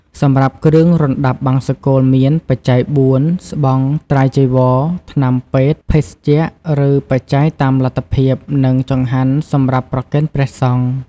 សម្រាប់គ្រឿងរណ្តាប់បង្សុកូលមាន បច្ច័យបួន ស្បង់ ត្រៃចីវរ ថ្នាំពេទ្យ ភេសជ្ជៈ ឬបច្ច័យតាមលទ្ធភាព និងចង្ហាន់សម្រាប់ប្រគេនព្រះសង្ឃ។